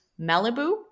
Malibu